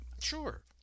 sure